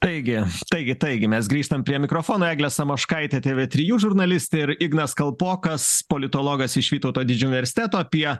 taigi taigi taigi mes grįžtam prie mikrofono eglė samoškaitė tv trijų žurnalistė ir ignas kalpokas politologas iš vytauto didžiojo unversteto apie